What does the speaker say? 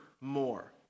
more